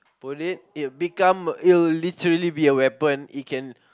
pull it it would become it would literally be a weapon it can